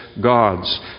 gods